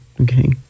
Okay